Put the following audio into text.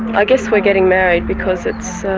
i guess we're getting married because it's so